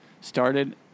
started